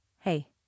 Hey